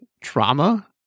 trauma